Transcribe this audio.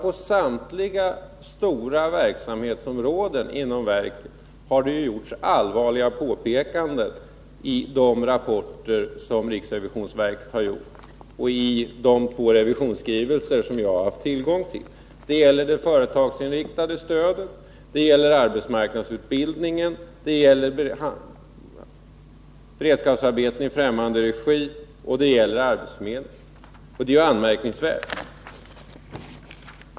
På samtliga stora verksamhetsområden inom verket har det gjorts allvarliga påpekanden i de rapporter som RRV har gjort i de två revisionsskrivelser som jag har haft tillgång till. Det gäller det företagsinriktade stödet, arbetsmarknadsutbildningen, beredskapsarbeten i fträmmande regi och arbetsförmedlingen.